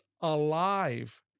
alive